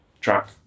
track